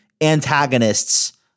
antagonists